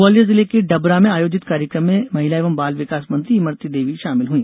ग्वालियर जिले के डबरा में आयोजित कार्यक्रम में महिला एवं बाल विकास मंत्री इमरती देवी शामिल हुई